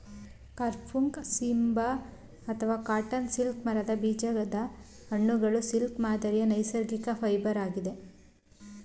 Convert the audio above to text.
ಕಫುಕ್ ಸೀಬಾ ಅಥವಾ cotton silk ಮರದ ಬೀಜದ ಹಣ್ಣುಗಳು ಸಿಲ್ಕ್ ಮಾದರಿಯ ನೈಸರ್ಗಿಕ ಫೈಬರ್ ಆಗಿದೆ